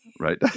Right